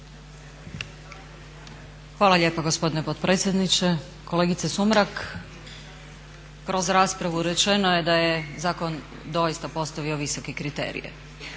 Hvala lijepa gospodine potpredsjedniče, kolegice Sumrak. Kroz raspravu rečeno je da je zakon doista postavio visoke kriterije,